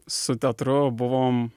su teatru buvom